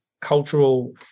cultural